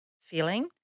feeling